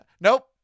nope